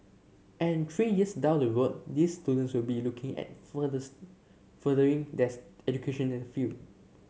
and three years down the road these students will be looking at furthering their education in the field